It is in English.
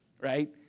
right